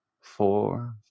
four